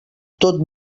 tot